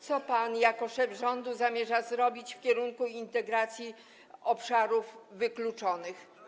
Co pan jako szef rządu zamierza zrobić w kierunku integracji obszarów wykluczonych?